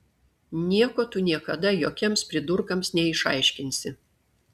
nieko tu niekada jokiems pridurkams neišaiškinsi